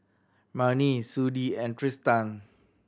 Marnie Sudie and Tristan